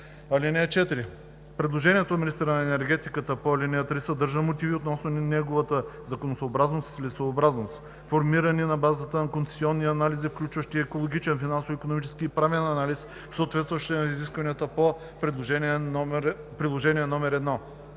(4) Предложението на министъра на енергетиката по ал. 3 съдържа мотиви относно неговата законосъобразност и целесъобразност, формирани на базата на концесионни анализи, включващи екологичен, финансово-икономически и правен анализ, съответстващи на изискванията по приложение № 1.